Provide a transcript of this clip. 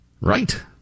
Right